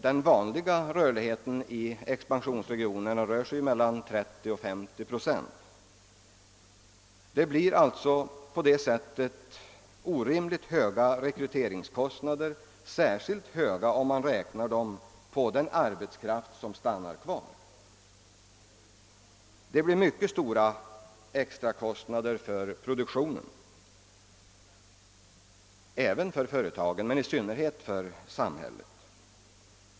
Den vanliga rörligheten i expansionsregionerna rör sig mellan 30 och 50 procent. Det blir alltså på det sättet orimligt höga rekryteringskostnader — särskilt höga om man räknar dem på den arbetskraft som stannar kvar. Det blir mycket stora extra kostnader för produktionen — för företagen men i synnerhet för samhället.